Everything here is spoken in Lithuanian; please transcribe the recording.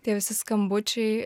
tie visi skambučiai